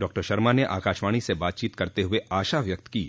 डॉ शर्मा ने आकाशवाणी से बातचीत करते हुए आशा व्यक्त की